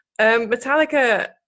Metallica